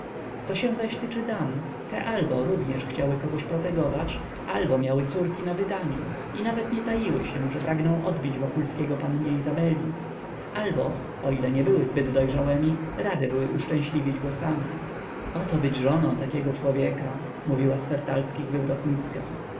co się zaś tyczy dam te albo również chciały kogoś protegować albo miały córki na wydaniu i nawet nie taiły się że pragną odbić wokulskiego pannie izabeli albo o ile nie były zbyt dojrzałemi rade były uszczęśliwić go same oto być żoną takiego człowieka mówiła z